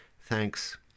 Thanks